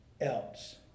else